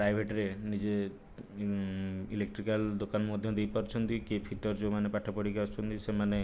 ପ୍ରାଇଭେଟ୍ରେ ନିଜେ ଇଲେକଟ୍ରିକାଲ୍ ଦୋକାନ ମଧ୍ୟ ଦେଇପାରୁଛନ୍ତି କିଏ ଫିଟର୍ ଯେଉଁମାନେ ପାଠ ପଢ଼ିକି ଆସୁଛନ୍ତି ସେମାନେ